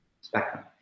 spectrum